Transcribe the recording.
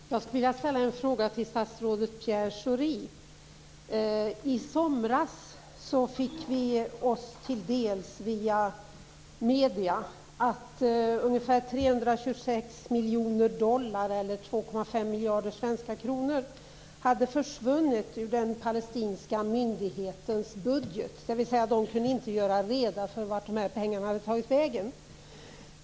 Herr talman! Jag skulle vilja ställa en fråga till statsrådet Pierre Schori. I somras fick vi oss till del via media att 326 miljoner dollar, eller 2,5 miljarder svenska kronor, hade försvunnit ur den palestinska myndighetens budget. De kunde inte redogöra för vart pengarna tagit vägen.